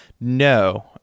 no